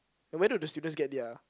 and where do the students get their